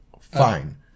Fine